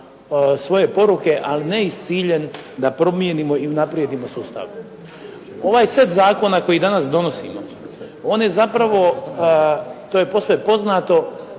svoje poruke, ali ne i s ciljem da promijenimo i unaprijedimo sustav. Ovaj set zakona koji danas donosimo, on je zapravo to je posve poznato,